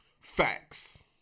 facts